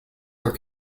were